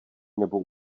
nebo